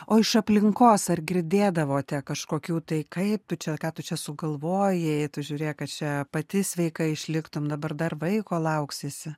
o iš aplinkos ar girdėdavote kažkokių tai kaip tu čia ką tu čia sugalvojai tu žiūrėk kad čia pati sveika išliktum dabar dar vaiko lauksiesi